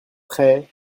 très